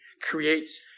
creates